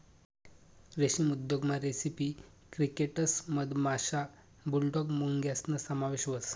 रेशीम उद्योगमा recipe crickets मधमाशा, बुलडॉग मुंग्यासना समावेश व्हस